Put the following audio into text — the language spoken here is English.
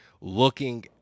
looking